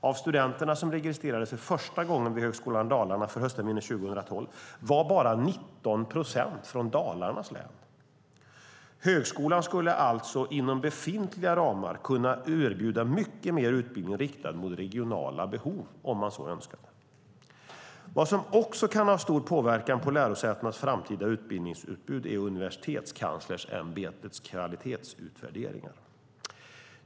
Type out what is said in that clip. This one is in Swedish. Av studenterna som registrerades för första gången vid Högskolan Dalarna för höstterminen 2012 var bara 19 procent från Dalarnas län. Högskolan skulle alltså inom befintliga ramar kunna erbjuda mycket mer utbildning riktad mot regionala behov om man så önskade. Vad som också kan ha stor påverkan på lärosätenas framtida utbildningsutbud är Universitetskanslersämbetets kvalitetsutvärderingar.